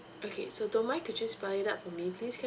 okay so don't mind could you spell it out for me please